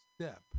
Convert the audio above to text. step